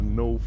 no